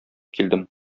килдем